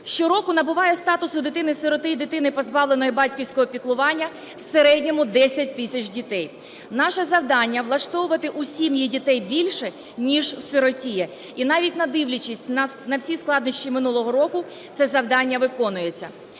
Щороку набуває статусу дитини-сироти і дитини, позбавленої батьківського піклування, в середньому 10 тисяч дітей. Наше завдання – влаштовувати у сім'ї дітей більше, ніж сиротіє. І навіть не дивлячись на всі складнощі минулого року, це завдання виконується.